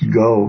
go